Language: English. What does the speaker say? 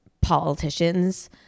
politicians